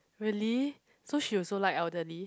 really so she also like elderly